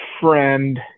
friend